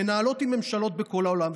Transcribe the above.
מנהלות עם ממשלות בכל העולם.